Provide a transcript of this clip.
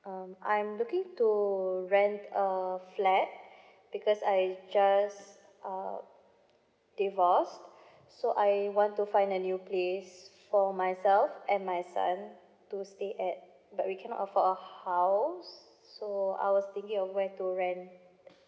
um I'm looking to rent a flat because I just uh divorced so I want to find a new place for myself and my son to stay at but we cannot afford a house so I was thinking of where to rent